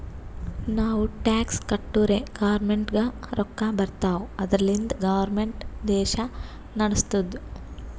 ನಾವು ಟ್ಯಾಕ್ಸ್ ಕಟ್ಟುರೇ ಗೌರ್ಮೆಂಟ್ಗ ರೊಕ್ಕಾ ಬರ್ತಾವ್ ಅದುರ್ಲಿಂದೆ ಗೌರ್ಮೆಂಟ್ ದೇಶಾ ನಡುಸ್ತುದ್